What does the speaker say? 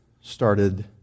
started